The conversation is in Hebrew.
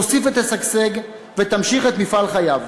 תוסיף ותשגשג ותמשיך את מפעל חייו.